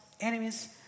enemies